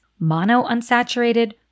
monounsaturated